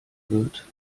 wird